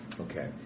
Okay